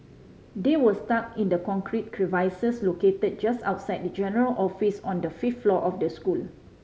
they were stuck in the concrete crevices located just outside the general office on the fifth floor of the school